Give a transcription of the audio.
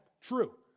True